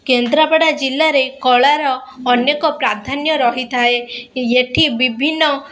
କେନ୍ଦ୍ରାପଡ଼ା ଜିଲ୍ଲାରେ କଳାର ଅନେକ ପ୍ରାଧାନ୍ୟ ରହିଥାଏ ଏଠି ବିଭିନ୍ନ